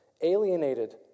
alienated